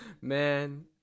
man